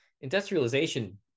industrialization